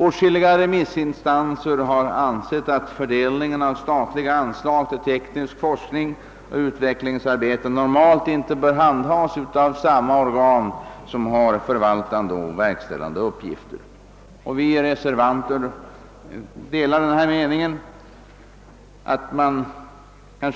Åtskilliga remissinstanser har ansett att fördelningen av statliga anslag till teknisk forskning och tekniskt utvecklingsarbete normalt inte bör handhas av samma organ som har förvaltande och verkställande uppgifter. Vi reservanter delar den uppfattningen, att man